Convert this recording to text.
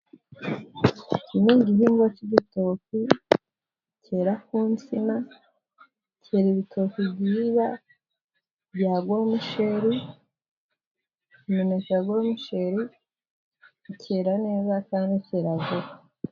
Iki ni igihingwa cy'igitoki cyera ku insina ,kera ibitoki byiza bya goromicheri , imineneke ya goromiri ikera neza kandi ikera vuba.